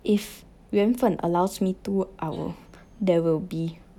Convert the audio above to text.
if 缘分 allows me to I will there will be